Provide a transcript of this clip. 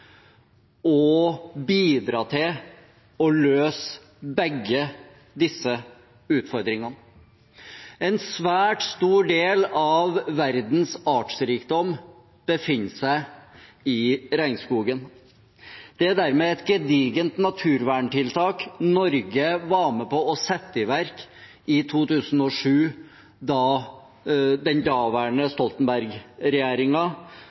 å bidra til å løse begge disse utfordringene. En svært stor del av verdens artsrikdom befinner seg i regnskogen. Det var dermed et gedigent naturverntiltak Norge var med på å sette i verk i 2007 da den